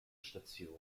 station